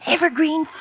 Evergreen